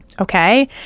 okay